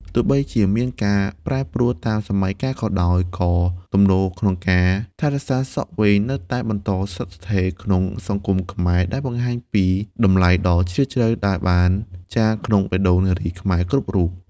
ទោះបីជាមានការប្រែប្រួលតាមសម័យកាលក៏ដោយ ក៏ទំនោរក្នុងការថែរក្សាសក់វែងនៅតែបន្តស្ថិតស្ថេរក្នុងសង្គមខ្មែរ ដែលបង្ហាញពី តម្លៃដ៏ជ្រាលជ្រៅ ដែលបានចារក្នុងបេះដូងនារីខ្មែរគ្រប់រូប។